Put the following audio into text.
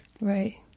right